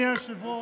בהרמוניה,